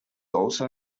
also